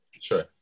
Sure